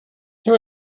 who